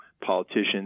politicians